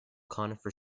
conifer